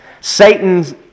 Satan's